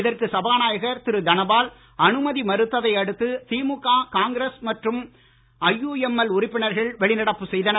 இதற்கு சபாநாயகர் திரு தனபால் அனுமதி மறுத்ததை அடுத்து திமுக காங்கிரஸ் மற்றும் ஐயுஎம்எல் உறுப்பினர்கள் வெளிநடப்பு செய்தனர்